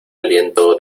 aliento